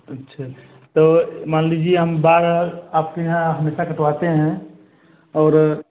अच्छा तो मान लीजिए हम बाल आपके यहाँ हमेशा कटवाते हैं और